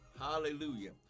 hallelujah